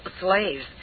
slaves